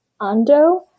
ando